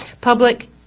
public